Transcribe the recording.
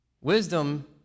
Wisdom